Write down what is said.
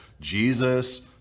Jesus